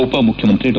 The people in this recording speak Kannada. ಉಪ ಮುಖ್ಯಮಂತ್ರಿ ಡಾ